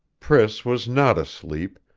priss was not asleep,